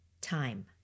time